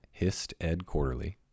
HistEdQuarterly